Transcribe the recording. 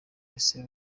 ese